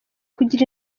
kugira